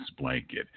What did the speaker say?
Blanket